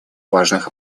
важных